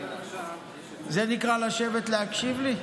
זה נקרא לשבת להקשיב לי?